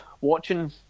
watching